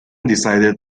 decided